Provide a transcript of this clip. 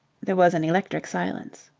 there was an electric silence.